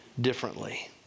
differently